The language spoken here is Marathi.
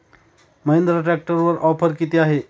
महिंद्रा ट्रॅक्टरवर ऑफर किती आहे?